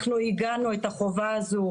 אנחנו עיגנו את החובה הזו